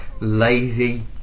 lazy